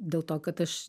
dėl to kad aš